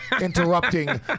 interrupting